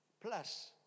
Plus